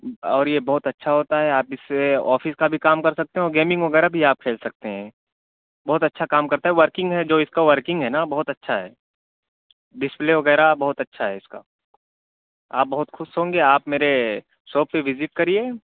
اور یہ بہت اچھا ہوتا ہے آپ اس سے آفس کا بھی کام کر سکتے ہیں اور گیمنگ وغیرہ بھی آپ کھیل سکتے ہیں بہت اچھا کام کرتا ہے ورکنگ ہے جو اس کا ورکنگ ہے نا بہت اچھا ہے ڈسپلے وغیرہ بہت اچھا ہے اس کا آپ بہت خوش ہوں گے آپ میرے شاپ پہ وزٹ کریے